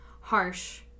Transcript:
harsh